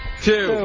Two